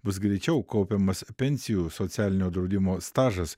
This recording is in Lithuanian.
bus greičiau kaupiamas pensijų socialinio draudimo stažas